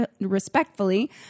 respectfully